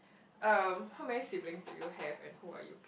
uh how many siblings do you have and who are you